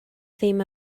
ddim